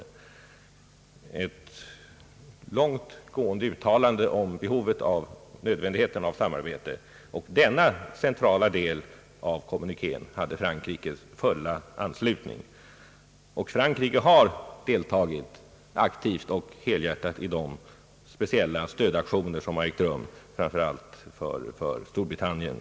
Det gjordes ett långtgående uttalande om nödvändigheten av ett sådant samarbete, och denna centrala del av kommunikén hade Frankrikes fulla anslutning. Frankrike har också deltagit aktivt och helhjärtat i de speciella stödaktioner som har ägt rum vid upprepade tillfällen, framför allt för Storbritannien.